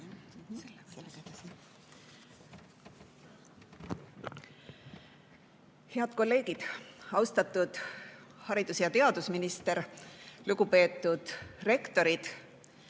Head kolleegid! Austatud haridus‑ ja teadusminister! Lugupeetud rektorid!